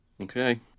Okay